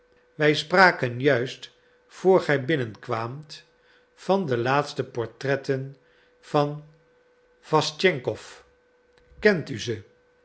wij spraken juist voor gij binnenkwaamt van de laatste portretten van waschtschenkow kent u ze